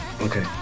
Okay